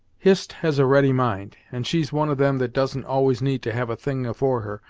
hist has a ready mind, and she's one of them that doesn't always need to have a thing afore her,